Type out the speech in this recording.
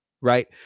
right